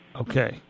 Okay